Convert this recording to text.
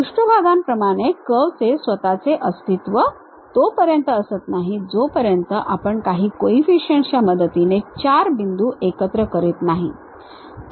पृष्ठभागांप्रमाणे curve चे स्वतःचे अस्तित्व तोपर्यंत असत नाही जोपर्यंत आपण काही कोईफीशीएंट्स च्या मदतीने 4 बिंदू एकत्र करत नाही